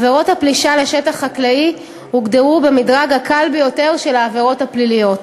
עבירות הפלישה לשטח חקלאי הוגדרו במדרג הקל ביותר של העבירות הפליליות,